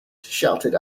shouted